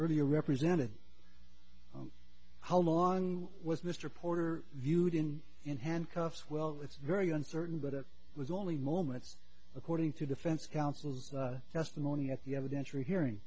earlier represented how long was mr porter viewed in in handcuffs well it's very uncertain but it was only moments according to defense counsel's testimony that the evidence you're hearing